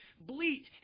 bleat